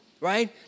right